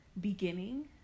beginning